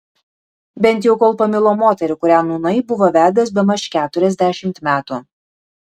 bent jau kol pamilo moterį kurią nūnai buvo vedęs bemaž keturiasdešimt metų